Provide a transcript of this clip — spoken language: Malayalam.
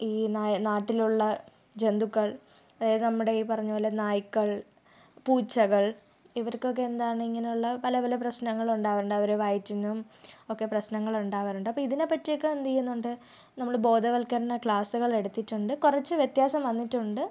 ഈ നാ നാട്ടിലുള്ള ജന്തുക്കൾ അതായത് നമ്മുടെ ഈ പറഞ്ഞ പോലെ നായ്ക്കൾ പൂച്ചകൾ ഇവർക്കൊക്കെ എന്താണ് ഇങ്ങനെയുള്ള പല പല പ്രശ്നങ്ങൾ ഉണ്ടാവും അവരെ വയറ്റിനും ഒക്കെ പ്രശ്നങ്ങൾ ഉണ്ടാവാറുണ്ട് അപ്പോൾ ഇതിനെ പറ്റിയൊക്കെ എന്ത് ചെയ്യുന്നുണ്ട് നമ്മൾ ബോധവൽകരണ ക്ലാസുകൾ എടുത്തിട്ടുണ്ട് കുറച്ച് വ്യത്യാസം വന്നിട്ടുണ്ട്